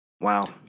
Wow